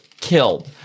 killed